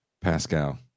pascal